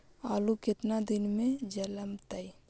आलू केतना दिन में जलमतइ?